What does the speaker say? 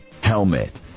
Helmet